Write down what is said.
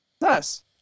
nice